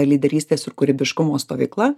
lyderystės ir kūrybiškumo stovykla